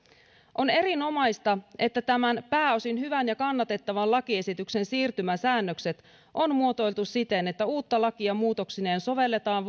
on erinomaista että tämän pääosin hyvän ja kannatettavan lakiesityksen siirtymäsäännökset on muotoiltu siten että uutta lakia muutoksineen sovelletaan